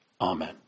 Amen